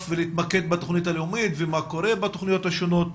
ולהתמקד בתכנית הלאומית ומה קורה בתכניות השונות,